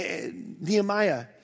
Nehemiah